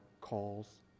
calls